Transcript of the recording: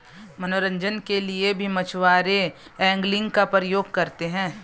मनोरंजन के लिए भी मछुआरे एंगलिंग का प्रयोग करते हैं